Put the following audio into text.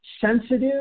sensitive